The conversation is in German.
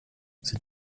sind